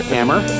Hammer